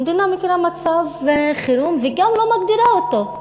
המדינה מכירה מצב חירום וגם לא מגדירה אותו.